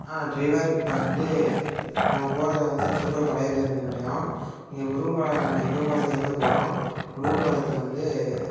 driver இப்போ வந்து நம்ம போகறது வந்து திருப்பூர் பழைய பேருந்து நிலையம் இங்கே நம்ம முருகம்பாளையம் நம்ம இடுவம்பாளையத்துலேந்து போகறோம் முருகம்பாளையம் வந்து